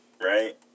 right